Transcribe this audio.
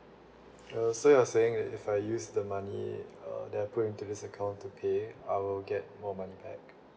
uh so you're saying if I use the money uh that put into this account to pay I will get more money back